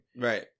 Right